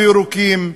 ירוקים,